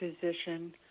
physician